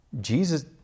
Jesus